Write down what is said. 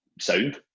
Sound